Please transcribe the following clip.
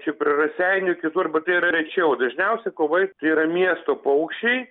čia prie raseinių kitur bet tai yra rečiau dažniausiai kovai tai yra miesto paukščiai